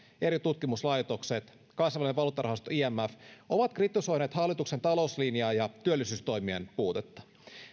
eri tutkimuslaitokset ja kansainvälinen valuuttarahasto imf ovat kritisoineet hallituksen talouslinjaa ja työllisyystoimien puutetta